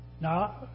Now